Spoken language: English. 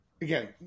again